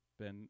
Ben